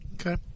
Okay